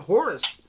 Horace